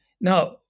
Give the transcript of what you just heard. now